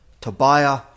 Tobiah